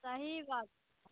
सही बात छै